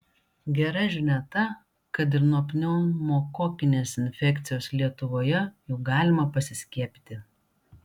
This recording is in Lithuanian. gera žinia ta kad ir nuo pneumokokinės infekcijos lietuvoje jau galima pasiskiepyti